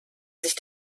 sich